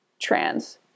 trans